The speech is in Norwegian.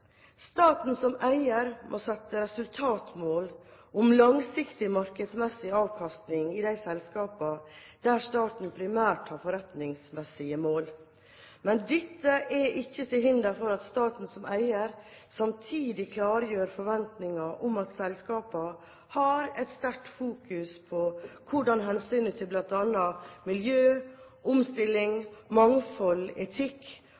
Staten som eier må sette resultatmål om langsiktig markedsmessig avkastning i de selskapene der staten primært har forretningsmessige mål. Men dette er ikke til hinder for at staten som eier samtidig klargjør forventninger om at selskapene fokuserer sterkt på hvordan hensynet til bl.a. miljø, omstilling, mangfold, etikk,